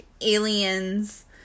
aliens